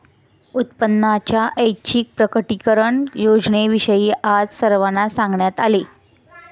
उत्पन्नाच्या ऐच्छिक प्रकटीकरण योजनेविषयी आज सर्वांना सांगण्यात आले